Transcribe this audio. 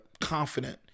confident